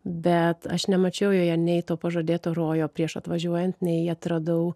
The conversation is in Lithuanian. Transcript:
bet aš nemačiau joje nei to pažadėto rojo prieš atvažiuojant nei atradau